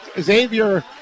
Xavier